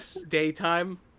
daytime